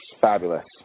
fabulous